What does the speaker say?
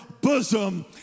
bosom